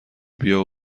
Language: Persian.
بیا